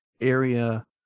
area